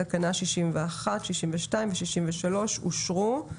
תקנות מספר 61, 62 ו-63 אושרו פה